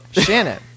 Shannon